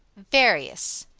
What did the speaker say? various.